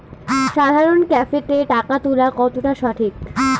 সাধারণ ক্যাফেতে টাকা তুলা কতটা সঠিক?